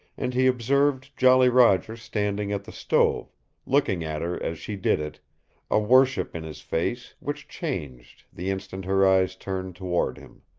and he observed jolly roger standing at the stove looking at her as she did it a worship in his face which changed the instant her eyes turned toward him.